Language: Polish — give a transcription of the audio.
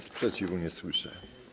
Sprzeciwu nie słyszę.